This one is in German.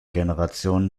generation